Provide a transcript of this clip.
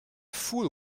fool